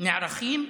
נערכים,